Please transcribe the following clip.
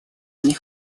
они